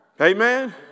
Amen